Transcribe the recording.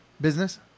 Business